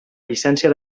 llicència